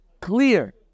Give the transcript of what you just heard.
clear